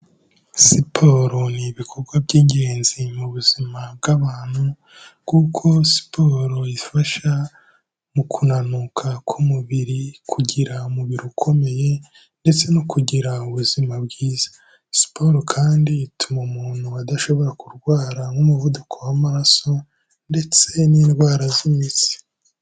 Siporo ni ibikorwa by'ingenzi mu buzima bw'abantu kuko siporo ifasha mu kunanuka k'umubiri, kugira umubiri ukomeye ndetse no kugira ubuzima bwiza, siporo kandi ituma umuntu adashobora kurwara nk'umuvuduko w'amaraso ndetse n'indwara z'imitsi.